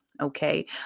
okay